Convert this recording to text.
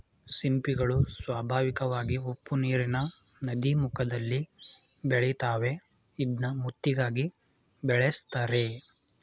ಸಿಂಪಿಗಳು ಸ್ವಾಭಾವಿಕವಾಗಿ ಉಪ್ಪುನೀರಿನ ನದೀಮುಖದಲ್ಲಿ ಬೆಳಿತಾವೆ ಇದ್ನ ಮುತ್ತಿಗಾಗಿ ಬೆಳೆಸ್ತರೆ